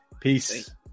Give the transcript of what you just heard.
Peace